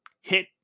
hit